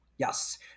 Yes